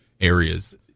areas